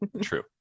True